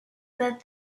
that